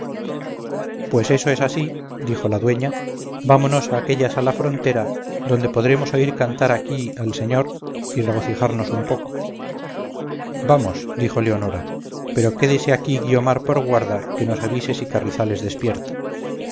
pues eso es así dijo la dueña vámonos a aquella sala frontera donde podremos oír cantar aquí al señor y regocijarnos un poco vamos dijo leonora pero quédese aquí guiomar por guarda que nos avise si carrizales despierta